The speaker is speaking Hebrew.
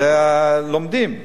זה, לומדים.